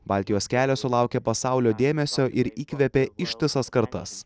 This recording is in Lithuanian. baltijos kelias sulaukė pasaulio dėmesio ir įkvėpė ištisas kartas